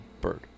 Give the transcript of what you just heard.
Bird